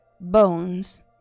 bones